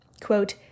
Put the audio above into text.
Quote